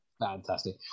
Fantastic